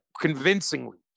convincingly